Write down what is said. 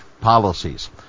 policies